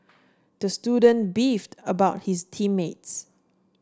the student beefed about his team mates